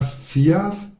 scias